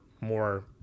more